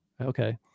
Okay